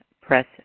press